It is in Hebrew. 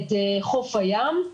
את חוף הים.